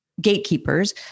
gatekeepers